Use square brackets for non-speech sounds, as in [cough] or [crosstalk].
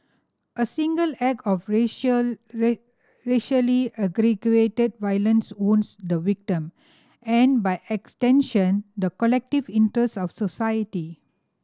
a single act of racial [unintelligible] racially aggravated violence wounds the victim and by extension the collective interest of society